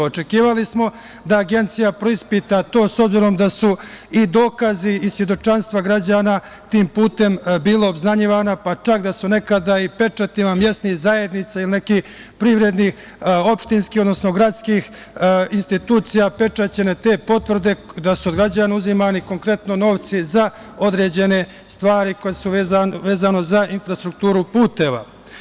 Očekivali smo da Agencija preispita to, s obzirom da su dokazi i svedočanstva građana tim putem bila obznanjivana, pa čak da su nekada i pečatima mesnih zajednica ili nekih privrednih, opštinskih, odnosno gradskih institucija pečaćene te potvrde, da su od građana uzimani konkretno novci za određene stvari koje su vezane za infrastrukturu puteva.